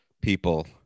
people